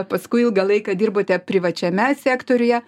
paskui ilgą laiką dirbote privačiame sektoriuje